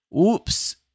Oops